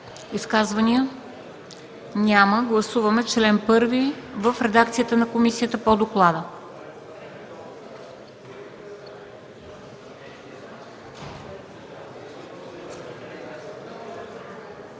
Изказвания? Няма. Гласуваме чл. 3 в редакцията на комисията по доклада.